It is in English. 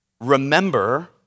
Remember